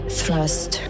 thrust